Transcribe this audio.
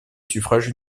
suffrage